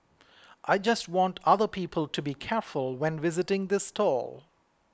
I just want other people to be careful when visiting the stall